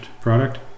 product